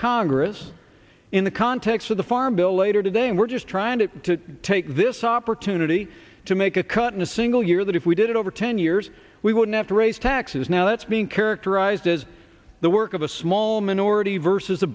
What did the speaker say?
congress in the context of the farm bill later today and we're just try and to take this opportunity to make a cut in a single year that if we did it over ten years we wouldn't have to raise taxes now that's being characterized as the work of a small minority versus a